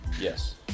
Yes